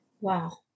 Wow